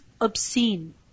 obscene